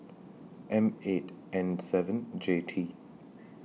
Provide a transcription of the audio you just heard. M eight N seven J T